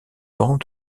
pans